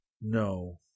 No